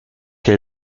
que